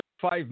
five